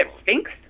Sphinx